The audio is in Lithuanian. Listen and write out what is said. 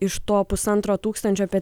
iš to pusantro tūkstančio apie